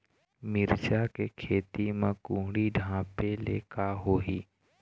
मिरचा के खेती म कुहड़ी ढापे ले का होही?